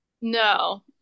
No